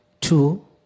Two